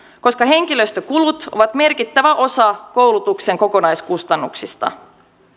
koska henkilöstökulut ovat merkittävä osa koulutuksen kokonaiskustannuksista